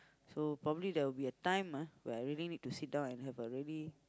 so probably there'll be a time ah where I really need to sit down and have a really